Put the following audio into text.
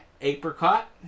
apricot